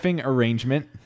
arrangement